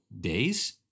days